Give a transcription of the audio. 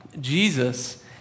Jesus